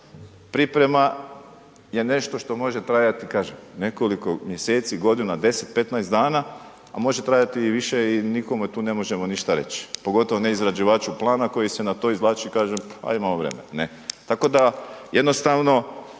Priprema je nešto što može trajati, kažem, nekoliko mjeseci, godina, 10, 15 dana, a može trajati i više i nikome tu ne možemo ništa reć, pogotovo ne izrađivaču plana koji se na to izvlači i kaže, a imamo vremena, ne. Tako da jednostavno,